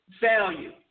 value